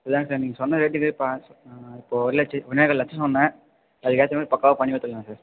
இதுதாங்க சார் நீங்கள் சொன்ன ரேட்டுக்கு ப இப்போது ஒரு லட்சம் ஒன்னே கால் லட்சம் சொன்னேன் அதுக்கேற்ற மாதிரி பக்காவாக பண்ணி கொடுத்துட்லாம் சார்